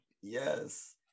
Yes